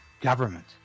government